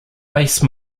lace